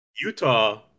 Utah